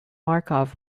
markov